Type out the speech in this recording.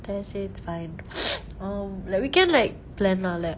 then I say it's fine um like we can like plan lah like